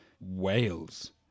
Wales